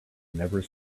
never